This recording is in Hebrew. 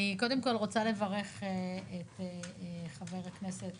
אני קודם כול רוצה לברך את חבר הכנסת